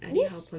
yes